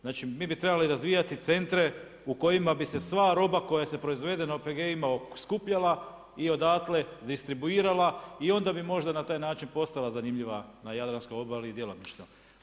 Znači mi bi trebali razvijati centre u kojima bi se sva roba koja se proizvede na OPG-ima skupljala i odatle distribuirala i onda bi možda na taj način postala zanimljiva na jadranskoj obali i djelomično.